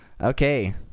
Okay